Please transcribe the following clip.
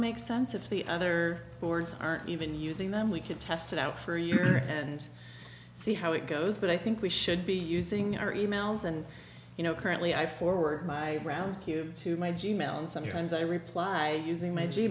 makes sense if the other boards aren't even using them we could test it out for a year and see how it goes but i think we should be using our emails and you know currently i forward my round q to my g mail and sometimes i reply using my g